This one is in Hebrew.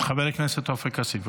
חבר הכנסת עופר כסיף,